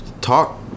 talk